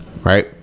right